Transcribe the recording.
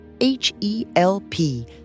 H-E-L-P